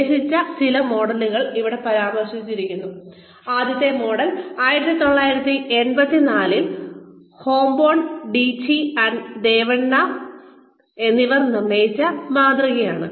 നിർദ്ദേശിച്ച ചില മോഡലുകൾ ഇവിടെ പരാമർശിച്ചിരിക്കുന്ന ആദ്യത്തെ മോഡൽ 1984 ൽ Fomburn Tichy Devanna Fomburn Tichy Devanna എന്നിവർ നിർദ്ദേശിച്ച മാതൃകയാണ്